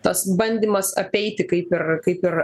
tas bandymas apeiti kaip ir kaip ir